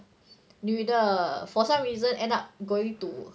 女的 for some reason end up going to